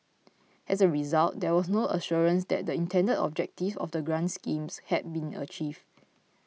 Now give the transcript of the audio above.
as a result there was no assurance that the intended objectives of the grant schemes had been achieved